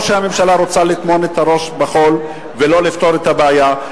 או שהממשלה רוצה לטמון את הראש בחול ולא לפתור את הבעיה.